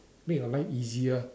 make your life easier